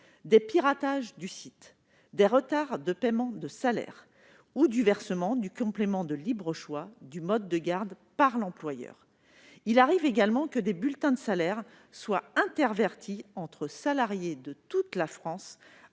des piratages du site en ligne, des retards de paiement de salaire ou du versement du complément de libre choix du mode de garde par l'employeur. Il arrive également que des bulletins de salaire soient intervertis entre des salariés de toute la France,